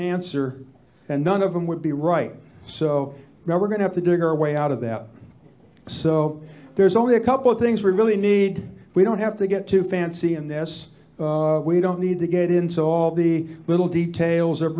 answer and none of them would be right so now we're going to dig our way out of that so there's only a couple of things we really need we don't have to get too fancy in this we don't need to get into all the little details of